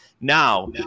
Now